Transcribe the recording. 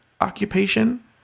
occupation